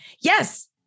Yes